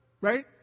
right